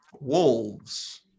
wolves